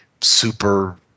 super